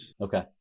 Okay